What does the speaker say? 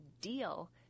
deal